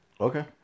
Okay